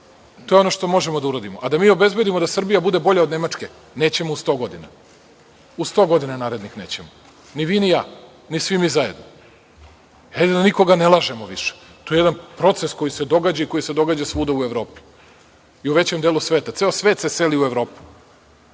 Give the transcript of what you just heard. To je ono što možemo da uradimo. Da mi obezbedimo da Srbija bude bolja od Nemačke neće u 100 godina, u 100 godina narednih nećemo ni vi ni ja, ni svi mi zajedno. Hajde da nikoga ne lažemo više. To je jedan proces koji se događa i koji se događa svuda u Evropi. Ceo svet se seli u Evropu.